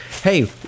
Hey